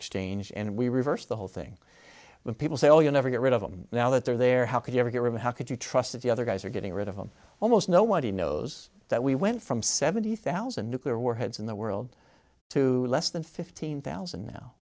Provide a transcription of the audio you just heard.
exchange and we reverse the whole thing when people say oh you never get rid of them now that they're there how could you ever get rid of how could you trust that the other guys are getting rid of them almost nobody knows that we went from seventy thousand nuclear warheads in the world to less than fifteen thousand now